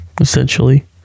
essentially